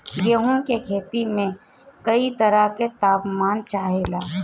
गेहू की खेती में कयी तरह के ताप मान चाहे ला